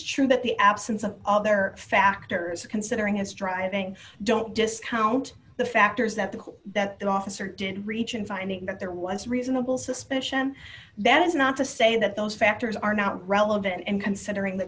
true that the absence of other factors considering his driving don't discount the factors that the that the officer didn't reach and finding that there was reasonable suspicion that is not to say that those factors are not relevant in considering the